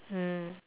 mm